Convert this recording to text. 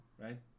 right